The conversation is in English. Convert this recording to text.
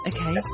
Okay